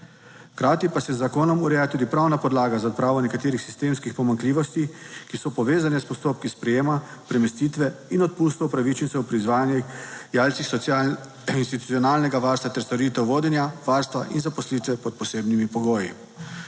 Hkrati pa se z zakonom ureja tudi pravna podlaga za odpravo nekaterih sistemskih pomanjkljivosti, ki so povezane s postopki sprejema, premestitve in odpustov upravičencev pri izvajanjacih institucionalnega varstva ter storitev vodenja, varstva in zaposlitve pod posebnimi pogoji.